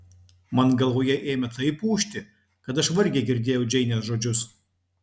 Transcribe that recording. man galvoje ėmė taip ūžti kad aš vargiai girdėjau džeinės žodžius